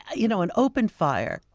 ah you know an open fire,